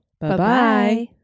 Bye-bye